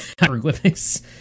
Hieroglyphics